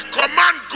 command